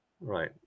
Right